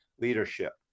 leadership